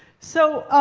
so